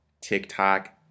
TikTok